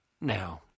now